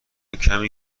کمی